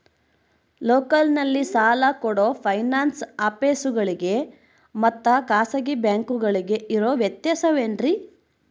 ಲೋಕಲ್ನಲ್ಲಿ ಸಾಲ ಕೊಡೋ ಫೈನಾನ್ಸ್ ಆಫೇಸುಗಳಿಗೆ ಮತ್ತಾ ಖಾಸಗಿ ಬ್ಯಾಂಕುಗಳಿಗೆ ಇರೋ ವ್ಯತ್ಯಾಸವೇನ್ರಿ?